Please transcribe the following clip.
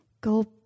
go